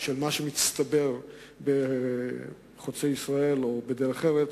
של מה שהצטבר ב"חוצה ישראל", או ב"דרך ארץ",